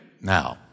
Now